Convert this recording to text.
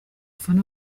ufana